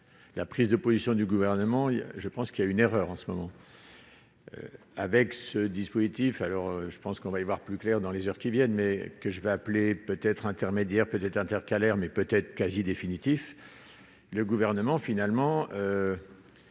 la prise de position du gouvernement il y a, je pense qu'il y a une erreur en ce moment avec ce dispositif, alors je pense qu'on va y voir plus clair dans les heures qui viennent, mais que je vais appeler peut-être intermédiaire peut-être intercalaires mais peut-être quasi définitif, le gouvernement finalement